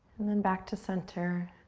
and then back to center.